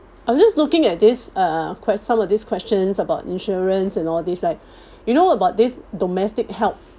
I'm just looking at this uh quite some of these questions about insurance and all these right you know about this domestic help